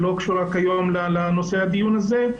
שלא קשורה כיום לנושא הדיון הזה,